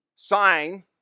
sign